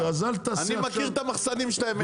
אני מכיר את המחסנים שלהם.